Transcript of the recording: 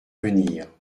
venir